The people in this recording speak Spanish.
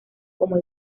como